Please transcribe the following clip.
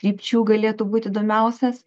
krypčių galėtų būt įdomiausias